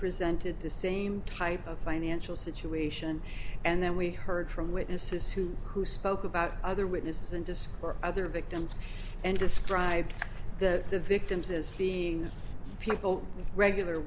presented the same type of financial situation and then we heard from witnesses who who spoke about other witnesses and as for other big dems and described the victims as being people regular